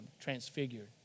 transfigured